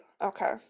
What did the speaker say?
Okay